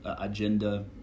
agenda